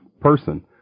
person